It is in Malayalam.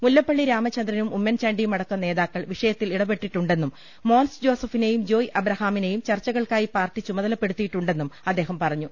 മുല്ലപ്പള്ളി രാമചന്ദ്രനും ഉമ്മൻ ചാണ്ടിയുമടക്കം നേതാക്കൾ വിഷയത്തിൽ ഇടപെട്ടിട്ടുണ്ടെന്നും മോൻസ് ജോസഫിനെയും ജോയ് എബ്രഹാമിനെയും ചർച്ചകൾക്കായി പാർട്ടി ചുമ തലപ്പെടുത്തിയിട്ടുണ്ടെന്നും അദ്ദേഹം പറഞ്ഞു